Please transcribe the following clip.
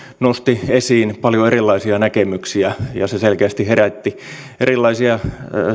nosti esiin paljon erilaisia näkemyksiä ja se selkeästi herätti erilaisia